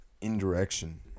Indirection